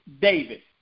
David